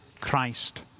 Christ